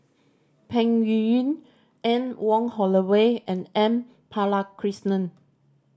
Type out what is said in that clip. Peng Yuyun Anne Wong Holloway and M Balakrishnan